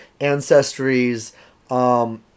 ancestries